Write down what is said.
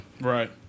Right